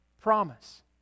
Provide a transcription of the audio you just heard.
promise